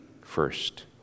first